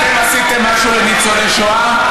אתם עשיתם משהו לניצולי שואה?